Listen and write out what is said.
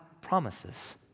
promises